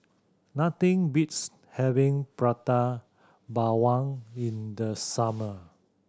nothing beats having Prata Bawang in the summer